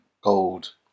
gold